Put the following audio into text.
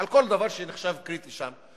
על כל דבר שנחשב קריטי שם,